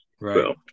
Right